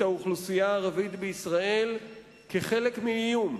האוכלוסייה הערבית בישראל כחלק מאיום,